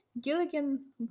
Gilligan